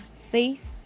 faith